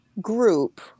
group